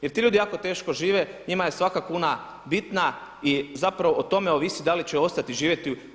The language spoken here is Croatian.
Jer ti ljudi jako teško žive, njima je svaka kuna bitna i zapravo o tome ovisi da li će ostati živjeti.